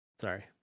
Sorry